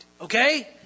okay